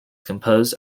composed